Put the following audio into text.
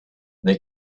they